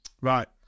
Right